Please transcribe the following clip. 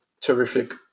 terrific